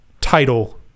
title